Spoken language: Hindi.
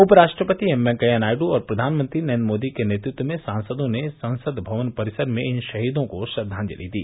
उपराष्ट्रपति एम वेंकैया नायड् और प्रधानमंत्री नरेन्द्र मोदी के नेतृत्व में सांसदों ने संसद भवन परिसर में इन शहीदों को श्रद्वांजलि दी